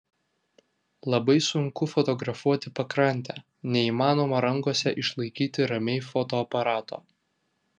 labai sunku fotografuoti pakrantę neįmanoma rankose išlaikyti ramiai fotoaparato